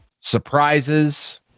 surprises